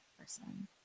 person